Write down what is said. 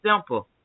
simple